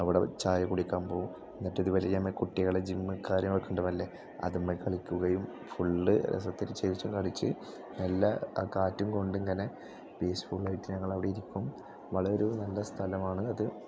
അവിടെ ചായ കുടിക്കാൻ പോവും എന്നിട്ടിതു വഴി തന്നെ കുട്ടികളെ ജിമ്മ് കാര്യങ്ങളൊക്കെ ഉണ്ടാവില്ലേ അതുമ്മേ കളിക്കുകയും ഫുള്ള് രസത്തിൽ ചിരിച്ചും കളിച്ച് നല്ല കാറ്റും കൊണ്ട് ഇങ്ങനെ പീസ് ഫുള്ളായിട്ട് ഞങ്ങളവിടെ ഇരിക്കും വളരെ നല്ല സ്ഥലമാണ് അത്